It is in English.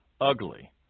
ugly